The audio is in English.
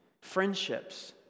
friendships